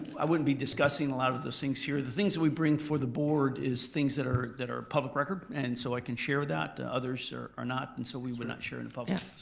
i wouldn't be discussing a lot of those things here. the things that we bring for the board is things that are that are public record and so i can share that. others are are not and so we would not share in the but yeah